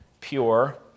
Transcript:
pure